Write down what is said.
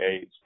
age